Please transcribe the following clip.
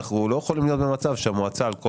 אנחנו לא יכולים להיות במצב שהמועצה על כל